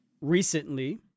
Recently